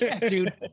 dude